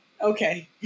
Okay